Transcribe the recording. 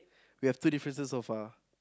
we have two differences so far